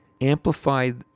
amplified